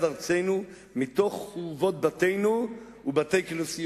ארצנו מתוך חורבות בתינו ובתי-כנסיותינו,